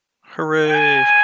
Hooray